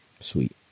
Sweet